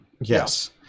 Yes